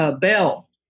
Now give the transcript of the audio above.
Bell